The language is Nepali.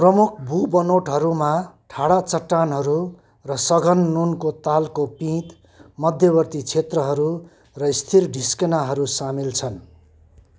प्रमुख भूबनोटहरूमा ठाडो चट्टानहरू र सघन नुनको तालको पिँध मध्यवर्ती क्षेत्रहरू र स्थिर ढिस्किनाहरू सामेल छन्